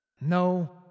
No